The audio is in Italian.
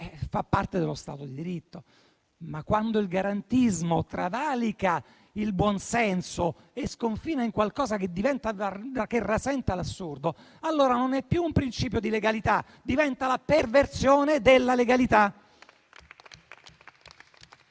fa parte dello Stato di diritto. Quando però il garantismo travalica il buon senso e sconfina in qualcosa che rasenta l'assurdo, allora non è più un principio di legalità: diventa la perversione della legalità.